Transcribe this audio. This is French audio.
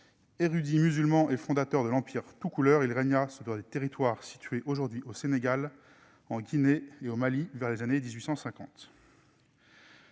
érudit musulman et fondateur de l'empire toucouleur, ce dernier régna sur des territoires situés aujourd'hui au Sénégal, en Guinée et au Mali, vers les années 1850.